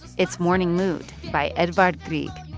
it's morning mood by edvard grieg.